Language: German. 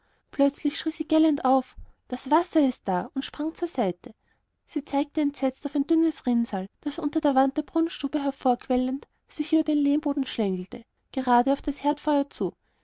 plötzlich schrie sie gellend auf das wasser ist da und sprang zur seite sie zeigte entsetzt auf ein dünnes rinnsal das unter der wand der brunnstube hervorquellend sich über den lehmboden schlängelte gerade auf das herdfeuer zu